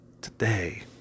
Today